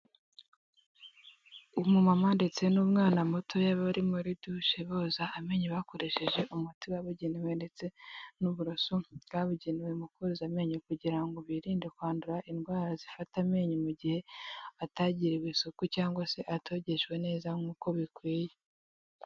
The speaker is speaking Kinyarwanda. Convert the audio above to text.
Umu mama ndetse n'umwana mutoya bari muri dushe boza amenyo bakoresheje umuti wabugenewe ndetse n'uburoso bwabugenewe mu koza amenyo kugira ngo birinde kwandura indwara zifata amenyo mu gihe atagiriwe isuku cyangwa se atogejwe neza nkuko bikwiye.